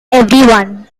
everyone